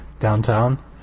Downtown